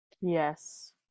Yes